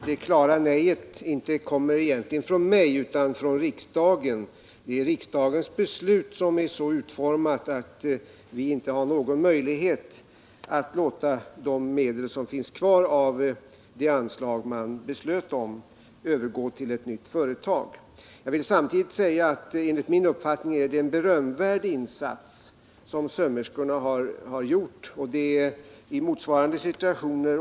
Herr talman! John Andersson bör uppmärksamma att det klara nejet egentligen inte kommer från mig utan från riksdagen. Riksdagens beslut är så utformat att vi inte har någon möjlighet att låta de medel som finns kvar av det anslag man beslöt om övergå till ett nytt företag. Jag vill samtidigt säga att enligt min uppfattning har sömmerskorna gjort en berömvärd insats.